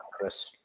Chris